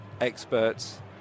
experts